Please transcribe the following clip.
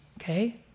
okay